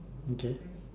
okay